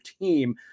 team